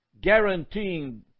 guaranteeing